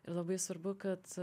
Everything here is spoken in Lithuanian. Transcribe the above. ir labai svarbu kad